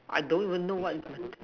I don't even know what